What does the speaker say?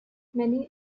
many